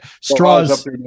straws